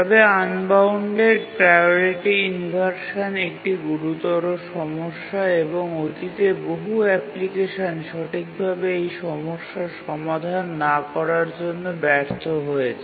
তবে unbounded priority inversion একটি গুরুতর সমস্যা এবং অতীতে বহু অ্যাপ্লিকেশন সঠিকভাবে এই সমস্যার সমাধান না করার জন্য ব্যর্থ হয়েছে